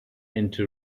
into